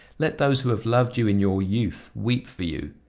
let those who have loved you in your youth weep for you!